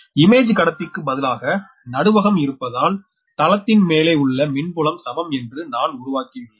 image கடத்திக்கு பதிலாக நடுவகம் இருப்பதால் தளத்தின் மேலே உள்ள மின்புலம் சமம் என்று நான் உருவாக்கியுள்ளேன்